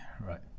Right